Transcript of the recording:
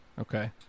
okay